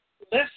listen